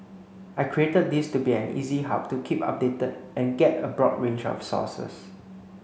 I created this to be an easy hub to keep updated and get a broad range of sources